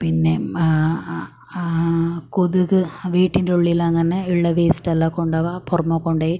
പിന്നെ ആ ആ ആ കൊതുക് വീട്ടിൻ്റെ ഉള്ളിലങ്ങനെ ഉള്ള വേസ്റ്റ് എല്ലാം കൊണ്ടു പോകുക പുറമേ കൊണ്ടു പോയി